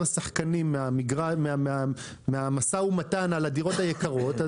שחקנים מהמשא-ומתן על הדירות היקרות.